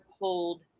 hold